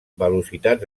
velocitats